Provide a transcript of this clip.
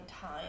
time